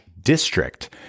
district